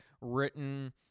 written